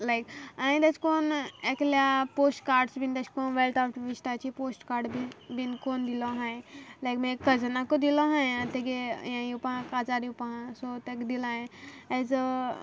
लायक हांयें तेशें कोन्न एकल्या पोस्ट कार्ड्स बीन तेशें कोन्न वेल्त आवट ऑफ वेस्टाची पोस्ट कार्डां बीन कोन्न दिल्यो आहाय लायक मुगे कजनाको दिलो आहाय तेगे हें येवपा काजार येवपा आहा सो तेका दिला हांयें एज ए